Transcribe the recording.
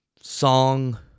song